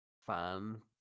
fan